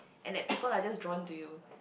and that people are just drawn to you